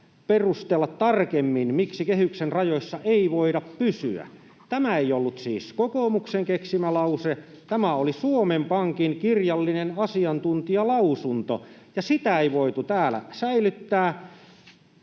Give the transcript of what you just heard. perustella tarkemmin, miksi kehyksen rajoissa ei voida pysyä.” Tämä ei siis ollut kokoomuksen keksimä lause. Tämä oli Suomen Pankin kirjallinen asiantuntijalausunto, ja sitä ei voitu täällä säilyttää.